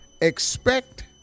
Expect